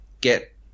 get